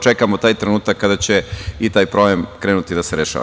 Čekamo taj trenutak kada će i taj problem krenuti da se rešava.